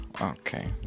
Okay